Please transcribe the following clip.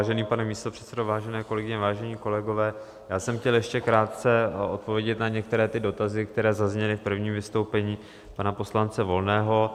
Vážený pane místopředsedo, vážené kolegyně, vážení kolegové, já jsem chtěl ještě krátce odpovědět na některé dotazy, které zazněly v prvním vystoupení pana poslance Volného.